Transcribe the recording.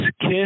Kiss